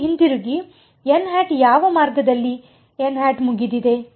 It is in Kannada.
ಇಲ್ಲಿ ಹಿಂತಿರುಗಿ ಯಾವ ಮಾರ್ಗದಲ್ಲಿ ಮುಗಿದಿದೆ